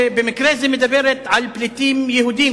שבמקרה זה מדברת על פליטים יהודים,